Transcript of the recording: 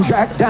Jack